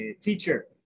teacher